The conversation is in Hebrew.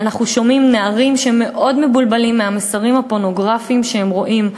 אנחנו שומעים נערים שהם מאוד מבולבלים מהמסרים הפורנוגרפיים שהם רואים.